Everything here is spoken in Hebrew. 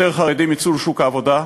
יותר חרדים יצאו לשוק העבודה,